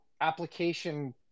application